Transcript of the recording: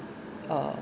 uh